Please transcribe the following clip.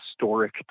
historic